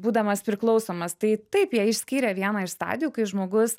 būdamas priklausomas tai taip jie išskyrė vieną iš stadijų kai žmogus